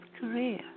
Korea